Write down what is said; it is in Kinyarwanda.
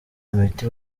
imiti